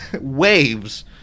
waves